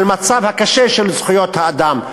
על המצב הקשה של זכויות האדם.